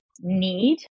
need